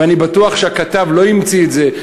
ואני בטוח שהכתב לא המציא את זה,